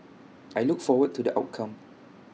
I look forward to the outcome